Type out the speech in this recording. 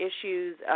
issues